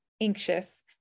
anxious